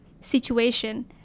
situation